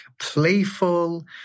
playful